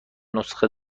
نسخه